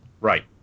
Right